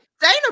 dana